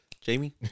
Jamie